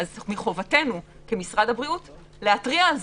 מחובתנו כמשרד הבריאות צריך להתריע על